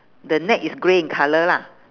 the net is grey in colour lah